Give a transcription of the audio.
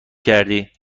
کردی